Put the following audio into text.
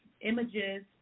images